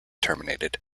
terminated